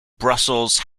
brussels